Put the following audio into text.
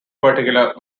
particular